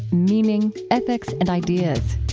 meaning, ethics, and ideas